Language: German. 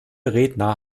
redner